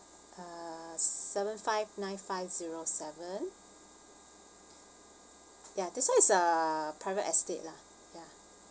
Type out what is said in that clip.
uh seven five nine five zero seven ya this one is uh private estate lah ya